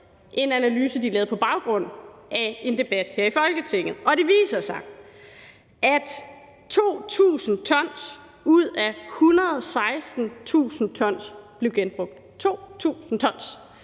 en analyse, de lavede på baggrund af en debat her i Folketinget. Og det viser sig, at 2.000 t ud af 116.000 t blev genbrugt – 2.000 t;